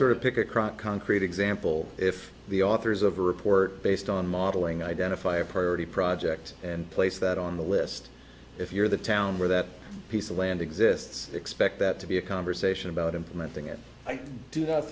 sort of pick a crop concrete example if the authors of a report based on modeling identify a purty project and place that on the list if you're the town where that piece of land exists expect that to be a conversation about implementing it i do not